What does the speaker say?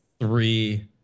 three